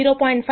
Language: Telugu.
5 మరియు 0